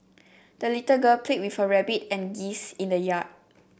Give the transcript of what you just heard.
the little girl played with her rabbit and geese in the yard